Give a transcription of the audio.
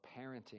parenting